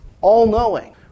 all-knowing